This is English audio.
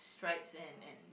stripes and and